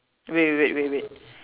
wait wait wait wait wait